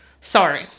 Sorry